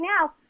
now